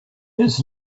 his